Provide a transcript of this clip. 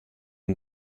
dem